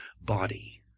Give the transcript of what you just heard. body